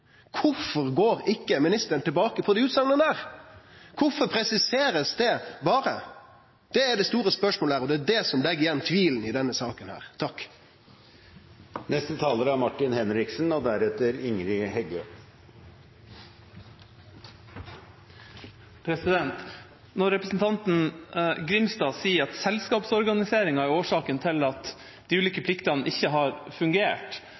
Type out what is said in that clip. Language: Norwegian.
Kvifor går ikkje ministeren tilbake på desse utsegnene, kvifor blir det presisert, berre? Det er det store spørsmålet, og det er det som legg att tvil i denne saka. Når representanten Grimstad sier at selskapsorganiseringa er årsaken til at de ulike pliktene ikke har fungert,